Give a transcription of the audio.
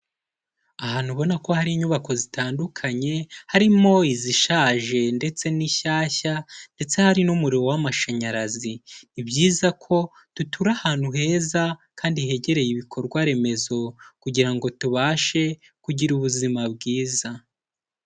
Ahantu ubona ko hari inyubako zitandukanye, harimo izishaje ndetse n'ishyashya ndetse hari n'umuriro w'amashanyarazi, ni byiza ko dutura ahantu heza kandi hegereye ibikorwaremezo kugira ngo tubashe kugira ubuzima bwiza.